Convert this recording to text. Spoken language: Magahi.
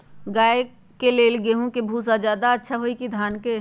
गाय के ले गेंहू के भूसा ज्यादा अच्छा होई की धान के?